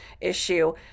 issue